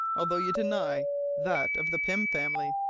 although you deny that of the pym family?